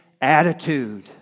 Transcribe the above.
attitude